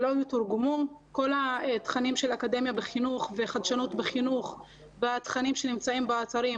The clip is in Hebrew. כל התכנים של אקדמיה בחינוך וחדשנות בחינוך בתכנים שנמצאים באתרים,